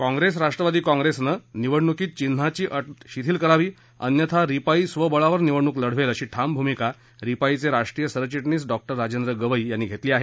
कॉंप्रेस राष्ट्रवादी कॉंप्रेसनं निवडणुकीत चिन्हाची अट शिथील करावी अन्यथा रिपाई स्वबळावर निवडणुक लढवेल अशी ठाम भूमिका रिपाईचे राष्ट्रीय सरचिटणीस डॉक्टर राजेंद्र गवई यांनी घेतली आहे